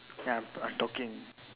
ya i'm talking